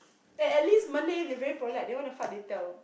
eh at least Malay they very polite they want to fart they tell